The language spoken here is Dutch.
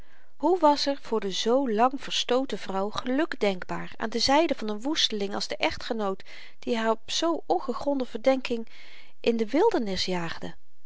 hoe was er voor de zoo lang verstooten vrouw geluk denkbaar aan de zyde van n woesteling als de echtgenoot die haar op zoo ongegronde verdenking in de wildernis